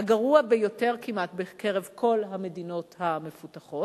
הגרוע ביותר, כמעט, בקרב כל המדינות המפותחות.